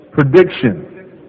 prediction